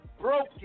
broken